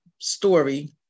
story